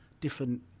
different